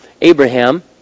Abraham